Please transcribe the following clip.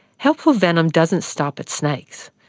helpful venom doesn't stop at snakes.